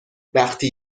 وقتی